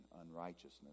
unrighteousness